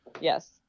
Yes